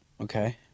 Okay